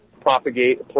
propagate